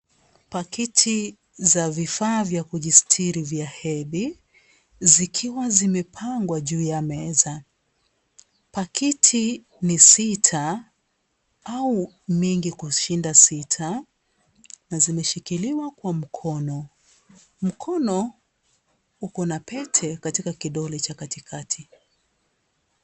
Pakiti za vifaa vya kujisitiri vya hedhi, zikiwa zimepangwa juu ya meza. Pakiti ni sita au mingi kushinda sita na zimeshikiliwa kwa mkono. Mkono uko na pete katika kidoke cha katikati.